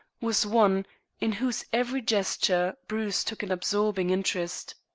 was one in whose every gesture bruce took an absorbing interest.